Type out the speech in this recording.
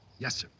yes,